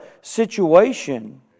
situation